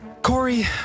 Corey